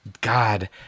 God